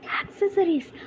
accessories